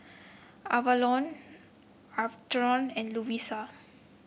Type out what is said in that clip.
Avalon Atherton and Lovisa